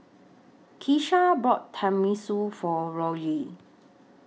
Keesha bought Tenmusu For Rory